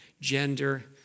Gender